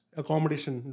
accommodation